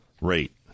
rate